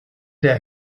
der